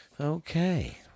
Okay